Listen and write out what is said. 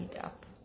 up